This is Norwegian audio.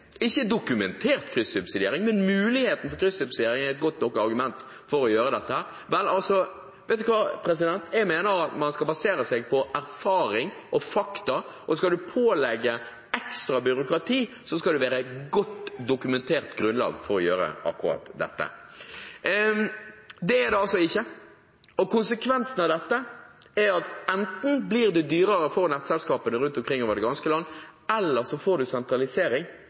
ikke dokumentert kryssubsidiering, men muligheten for kryssubsidiering – er et godt nok argument for å gjøre dette. Vel, jeg mener man skal basere seg på erfaring og fakta, og skal en pålegge ekstra byråkrati, skal det være et godt dokumentert grunnlag for å gjøre akkurat det. Det er det altså ikke. Konsekvensen av dette er at enten blir det dyrere for nettselskapene rundt omkring over det ganske land, eller så får en en sentralisering.